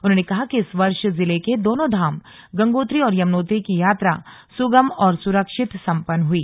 उन्होंने कहा कि इस वर्ष जिले के दोनों धाम गंगोत्री और यमुनोत्री की यात्रा सुगम और सुरक्षित संपन्न हुई